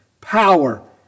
power